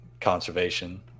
conservation